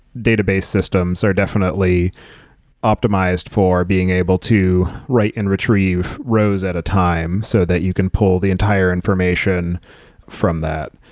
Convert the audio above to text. database systems are definitely optimized for being able to write and retrieve rows at a time so that you can pull the entire information from that.